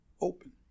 open